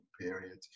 period